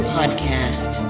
Podcast